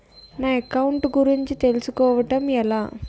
నా అకౌంట్ గురించి తెలుసు కోవడం ఎలా?